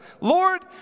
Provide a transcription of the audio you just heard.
Lord